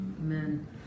Amen